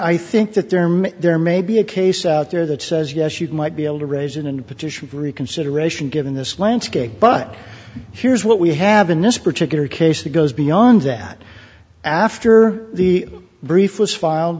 i think that there may there may be a case out there that says yes you might be able to raise it and petition for reconsideration given this landscape but here's what we have in this particular case it goes beyond that after the brief was filed